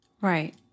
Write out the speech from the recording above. Right